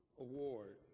Award